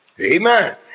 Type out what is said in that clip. Amen